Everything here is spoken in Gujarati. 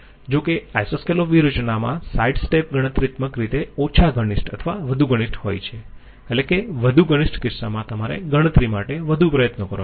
જો કે આઈસોસ્કેલોપ વ્યૂહરચનામાં સાઈડ સ્ટેપ ગણતરીત્મક રીતે ઓછા ઘનિષ્ઠ અથવા વધુ ઘનિષ્ઠ હોય છે એટલે કે વધુ ઘનિષ્ઠ કિસ્સામાં તમારે ગણતરી માટે વધુ પ્રયત્નો કરવા પડશે